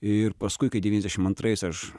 ir paskui kai devyniasdešim antrais aš